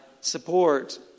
support